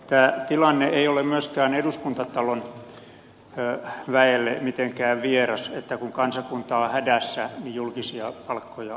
tämä tilanne ei ole myöskään eduskuntatalon väelle mitenkään vieras että kun kansakunta on hädässä niin julkisia palkkoja leikataan